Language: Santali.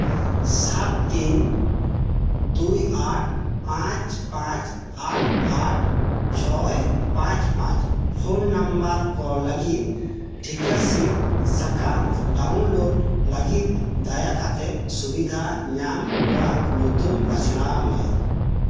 ᱥᱟᱛ ᱛᱤᱱ ᱫᱩᱭ ᱟᱴ ᱯᱟᱸᱪ ᱯᱟᱸᱪ ᱟᱴ ᱟᱴ ᱪᱷᱚᱭ ᱯᱟᱸᱪ ᱯᱟᱸᱪ ᱯᱷᱳᱱ ᱱᱟᱢᱵᱟᱨ ᱠᱚ ᱞᱟᱹᱜᱤᱫ ᱴᱷᱤᱠᱟᱹ ᱥᱤᱫᱽ ᱥᱟᱠᱟᱢ ᱰᱟᱣᱩᱱᱞᱳᱰ ᱞᱟᱹᱜᱤᱫ ᱫᱟᱭᱟ ᱠᱟᱛᱮᱫ ᱥᱩᱵᱤᱫᱷᱟ ᱧᱟᱢ ᱠᱚᱣᱟᱜ ᱧᱩᱛᱩᱢ ᱵᱟᱪᱷᱱᱟᱣ ᱢᱮ